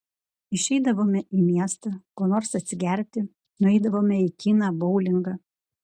išeidavome į miestą ko nors atsigerti nueidavome į kiną boulingą